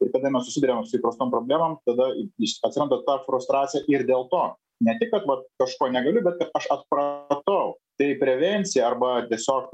ir kada mes susiduriame su įprastom problemom tada iš atsiranda ta frustracija ir dėl to ne tik kad vat kažko negaliu bet ir aš atpratau tai prevencija arba tiesiog